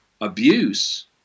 abuse